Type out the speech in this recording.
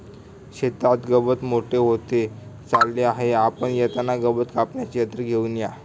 शेतात गवत मोठे होत चालले आहे, आपण येताना गवत कापण्याचे यंत्र घेऊन या